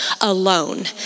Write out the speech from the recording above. alone